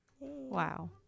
wow